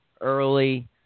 early